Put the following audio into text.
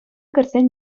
кӗрсен